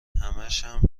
همشم